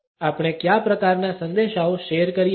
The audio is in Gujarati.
આપણે કયા પ્રકારનાં સંદેશાઓ શેર કરીએ છીએ